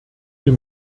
wir